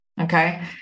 okay